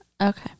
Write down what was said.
Okay